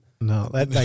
No